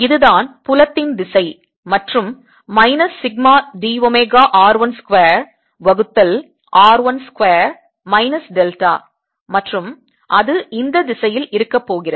இதுதான் புலத்தின் திசை மற்றும் minus sigma d omega r 1 square வகுத்தல் r 1 ஸ்கொயர் மைனஸ் டெல்டா மற்றும் அது இந்த திசையில் இருக்கப் போகிறது